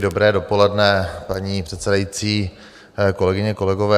Dobré dopoledne, paní předsedající, kolegyně, kolegové.